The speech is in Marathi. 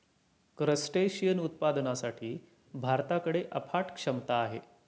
क्रस्टेशियन उत्पादनासाठी भारताकडे अफाट क्षमता आहे